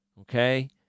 okay